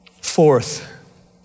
Fourth